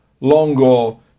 Longo